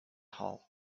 hole